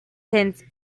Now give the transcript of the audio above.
tent